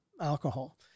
alcohol